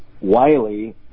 Wiley